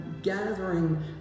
gathering